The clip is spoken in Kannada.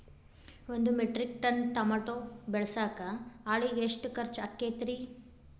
ಒಂದು ಮೆಟ್ರಿಕ್ ಟನ್ ಟಮಾಟೋ ಬೆಳಸಾಕ್ ಆಳಿಗೆ ಎಷ್ಟು ಖರ್ಚ್ ಆಕ್ಕೇತ್ರಿ?